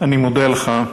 אני מודה לך.